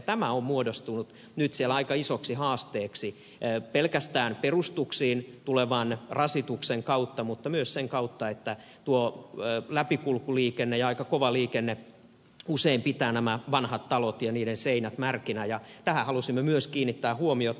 tämä on muodostunut nyt siellä aika isoksi haasteeksi pelkästään perustuksiin tulevan rasituksen kautta mutta myös sen kautta että tuo läpikulkuliikenne ja aika kova liikenne usein pitää nämä vanhat talot ja niiden seinät märkinä ja tähän halusimme myös kiinnittää huomiota